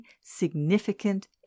significant